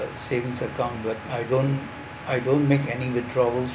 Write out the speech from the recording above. savings account but I don't I don't make any withdrawals